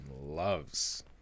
loves